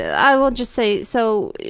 i will just say, so,